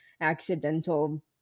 accidental